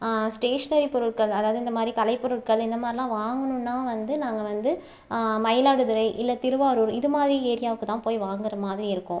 stationary பொருட்கள் அதாவது இந்த மாதிரி கலைப் பொருட்கள் இந்த மாதிரி எல்லாம் வாங்கணும்னால் வந்து நாங்கள் வந்து மயிலாடுதுறை இல்லை திருவாரூர் இது மாதிரி ஏரியாவுக்குத்தான் போய் வாங்கிற மாதிரி இருக்கும்